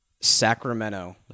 sacramento